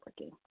working